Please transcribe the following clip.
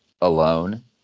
alone